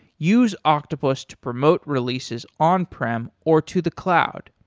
use octopus to promote releases on prem or to the cloud.